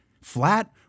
flat